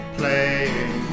playing